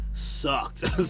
sucked